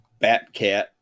Batcat